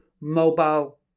mobile